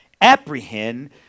apprehend